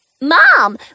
Mom